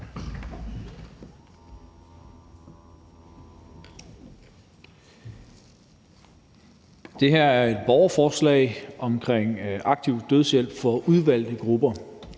Det her er jo et borgerforslag om aktiv dødshjælp for udvalgte grupper,